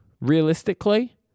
realistically